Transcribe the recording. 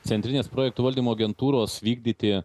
centrinės projektų valdymo agentūros vykdyti